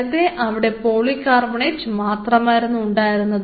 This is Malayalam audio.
നേരത്തെ അവിടെ പോളികാർബണേറ്റ് മാത്രമായിരുന്നു ഉണ്ടായിരുന്നത്